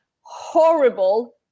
horrible